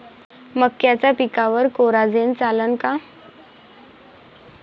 मक्याच्या पिकावर कोराजेन चालन का?